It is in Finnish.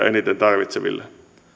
eniten tarvitseville